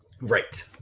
right